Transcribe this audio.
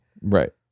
Right